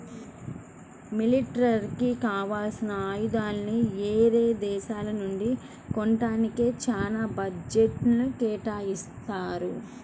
మిలిటరీకి కావాల్సిన ఆయుధాలని యేరే దేశాల నుంచి కొంటానికే చానా బడ్జెట్ను కేటాయిత్తారు